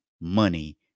money